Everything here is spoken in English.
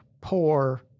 poor